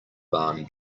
barn